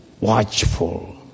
watchful